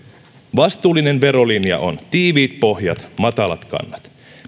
vastuullinen verolinja on tiiviit pohjat matalat kannat